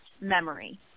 memory